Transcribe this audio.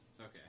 Okay